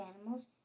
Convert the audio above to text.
animals